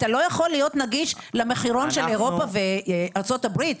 אתה לא יכול להיות נגיש למחירון של אירופה וארצות הברית?